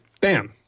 bam